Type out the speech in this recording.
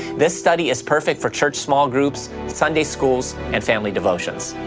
this study is perfect for church small groups, sunday schools, and family devotions.